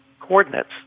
coordinates